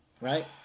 Right